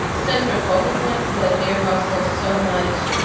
center focal points. but there's also so much